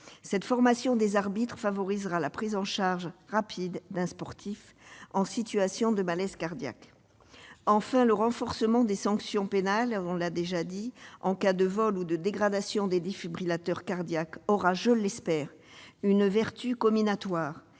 Cette formation favorisera la prise en charge rapide d'un sportif en situation de malaise cardiaque. Enfin, le renforcement des sanctions pénales en cas de vol ou de dégradation des défibrillateurs cardiaques aura, je l'espère, une vertu comminatoire